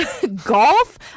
Golf